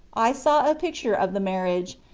i saw a picture of the marriage,